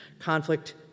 Conflict